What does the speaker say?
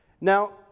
Now